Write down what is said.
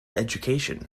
education